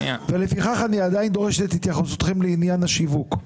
ולפיכך אני עדיין דורש את התייחסותכם לעניין השיווק.